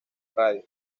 radio